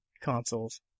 consoles